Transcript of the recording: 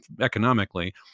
economically